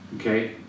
okay